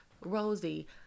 rosie